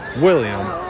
William